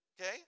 Okay